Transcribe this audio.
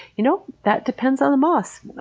you know, that depends on the moss.